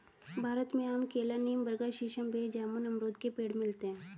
भारत में आम केला नीम बरगद सीसम बेर जामुन अमरुद के पेड़ मिलते है